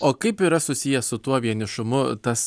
o kaip yra susiję su tuo vienišumu tas